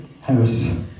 house